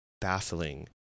baffling